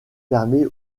permet